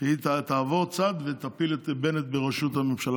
שהיא תעבור צד ותפיל את בנט מראשות הממשלה,